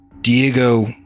Diego